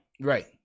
Right